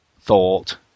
thought